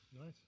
Nice